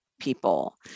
people